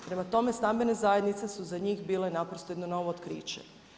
Prema tome, stambene zajednice su za njih bile naprosto jedno novo otkriće.